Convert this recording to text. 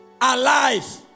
alive